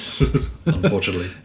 Unfortunately